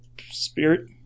spirit